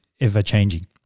ever-changing